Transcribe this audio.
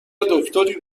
دکتری